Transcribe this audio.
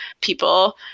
people